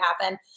happen